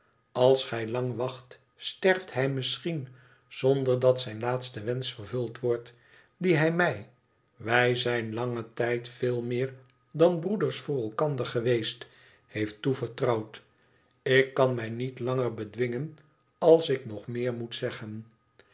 als gij lang wacht sterft hij misschien zonder dat zijn laatste wensch vervuld wordt dien hij mij wij zijn langen tijd veel meer dan broeders voor elkander geweest heeft toevertrouwd ik kan mij niet lander bedwingen als ik nog meer moet zeggen